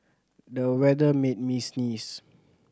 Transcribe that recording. the weather made me sneeze